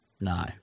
no